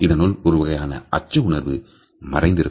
இதனுள் ஒருவகையான அச்ச உணர்வு மறைந்திருக்கும்